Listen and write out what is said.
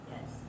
Yes